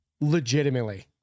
Legitimately